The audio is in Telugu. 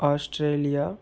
ఆస్ట్రేలియా